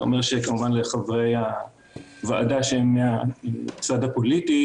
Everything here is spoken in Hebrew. זה אומר שלחברי הוועדה שהם מהצד הפוליטי